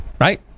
Right